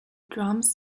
drums